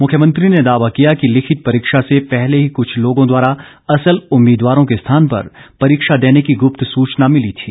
मुख्यमंत्री ने दावा किया कि लिखित परीक्षा से पहले ही कुछ लोगों द्वारा असल उम्मीदवारों के स्थान पर परीक्षा देने की गुप्त सूचना मिली थी